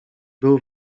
był